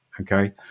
okay